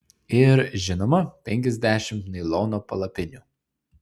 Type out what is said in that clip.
ir žinoma penkiasdešimt nailono palapinių